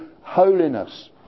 holiness